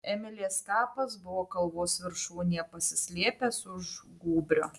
emilės kapas buvo kalvos viršūnėje pasislėpęs už gūbrio